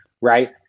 right